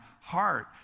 heart